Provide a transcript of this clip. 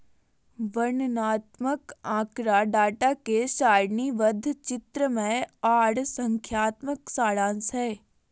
वर्णनात्मक आँकड़ा डाटा के सारणीबद्ध, चित्रमय आर संख्यात्मक सारांश हय